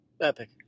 Epic